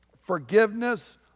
forgiveness